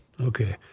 Okay